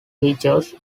features